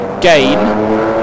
gain